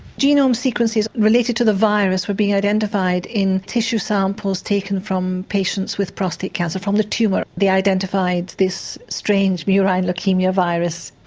genome sequences related to the virus were being identified in tissue samples taken from patients with prostate cancer from the tumour they identified this strange murine leukaemia virus.